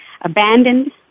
abandoned